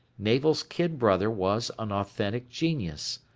navel's kid brother was an authentic genius.